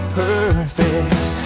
perfect